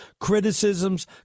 criticisms